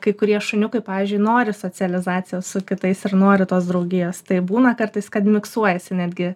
kai kurie šuniukai pavyzdžiui nori socializacijos su kitais ir nori tos draugijos tai būna kartais kad miksuojasi netgi